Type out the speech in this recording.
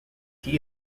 tea